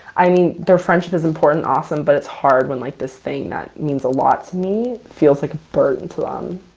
i mean, their friendship is important and awesome, but it's hard when, like, this thing that means a lot to me feels like a burden to um